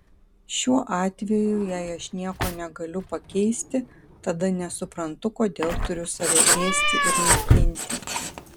šiuo atveju jei aš nieko negaliu pakeisti tada nesuprantu kodėl turiu save ėsti ir naikinti